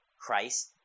Christ